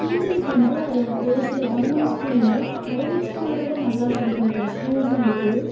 teachers வந்து அதை வந் ஒரு சில கவர்மெண்ட் ஸ்கூல்ல ப்ரைவேட் ஸ்கூலை விட நல்லா சொல்லிக்கொடுக்குற ஸ்கூல்ஸும் இருக்குது